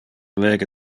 lege